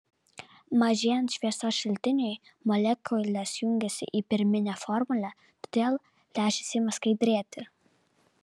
mažėjant šviesos šaltiniui molekulės jungiasi į pirminę formulę todėl lęšis ima skaidrėti